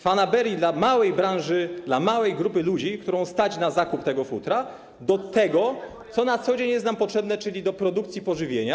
fanaberii, dla małej branży, dla małej grupy ludzi, którą stać na zakup tego futra, do tego, co na co dzień jest nam potrzebne, czyli do produkcji pożywienia.